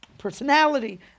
personality